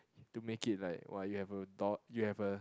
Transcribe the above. to make it like !wah! you have a daugh~ you have a